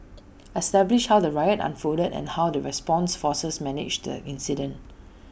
establish how the riot unfolded and how the response forces managed the incident